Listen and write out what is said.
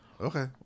Okay